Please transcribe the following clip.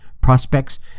prospects